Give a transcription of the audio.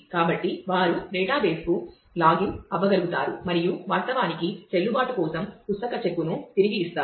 కాబట్టి వారు డేటాబేస్ను తిరిగి ఇస్తారు